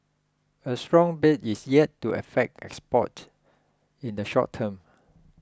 a strong baht is yet to affect exports in the short term